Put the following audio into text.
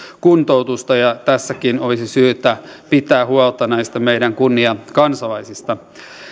kuntoutusta ja tässäkin olisi syytä pitää huolta näistä meidän kunniakansalaisistamme